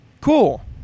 cool